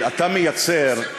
לא מוסיף.